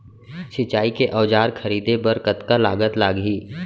सिंचाई के औजार खरीदे बर कतका लागत लागही?